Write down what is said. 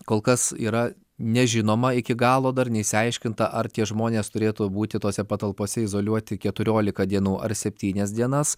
kol kas yra nežinoma iki galo dar neišsiaiškinta ar tie žmonės turėtų būti tose patalpose izoliuoti keturiolika dienų ar septynias dienas